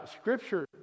scripture